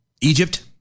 Egypt